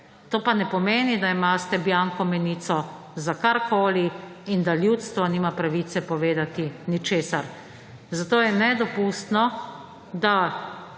To pa ne pomeni, da imate bianco menico za karkoli in da ljudstvo nima pravice povedati ničesar. Zato je nedopustno, da